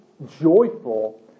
joyful